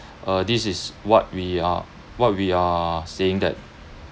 uh this is what we are what we are saying that